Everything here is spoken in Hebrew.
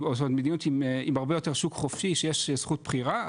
זאת אומרת מדיניות עם הרבה יותר שוק חופשי שיש זכות בחירה,